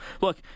look